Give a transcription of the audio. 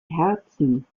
herzen